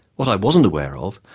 what i wasn't aware of,